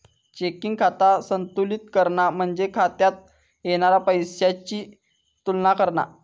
checking खाता संतुलित करणा म्हणजे खात्यात येणारा पैशाची तुलना करणा